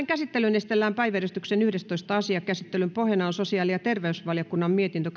käsittelyyn esitellään päiväjärjestyksen yhdestoista asia käsittelyn pohjana on sosiaali ja terveysvaliokunnan mietintö